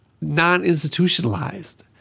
non-institutionalized